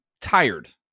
tired